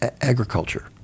agriculture